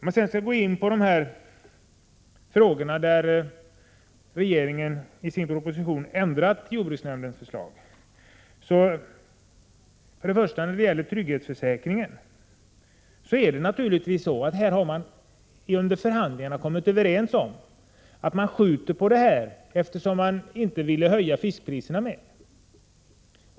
Nu vill jag gå in på de punkter där regeringen i sin proposition ändrat jordbruksnämndens förslag. Först gäller det trygghetsförsäkring. Man kom under förhandlingarna överens om att skjuta på frågan eftersom man inte ville höja fiskpriserna mer.